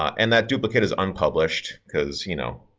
and that duplicate is unpublished because, you know,